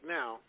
now